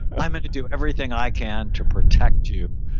i'm going to do everything i can to protect you,